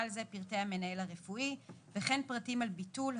זה פרטי המנהל הרפואי וכן פרטים על ביטול,